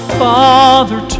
father